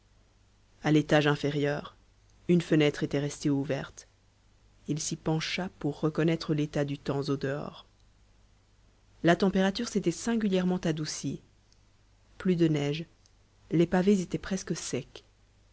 à l'étage inférieur une fenêtre était restée ouverte il s'y pencha pour reconnaître l'état du temps au dehors la température s'était singulièrement adoucie plus de neige les pavés étaient presque secs